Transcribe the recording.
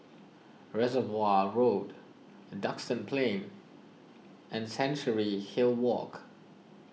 Reservoir Road Duxton Plain and Chancery Hill Walk